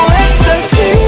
ecstasy